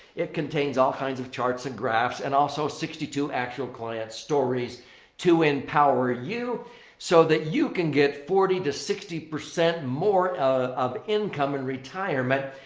it contains all kinds of charts and graphs and also sixty two actual client stories to empower you so that you can get forty to sixty percent more of income and retirement.